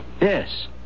Yes